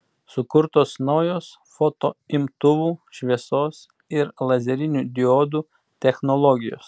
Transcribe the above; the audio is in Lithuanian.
sukurtos naujos fotoimtuvų šviesos ir lazerinių diodų technologijos